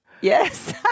Yes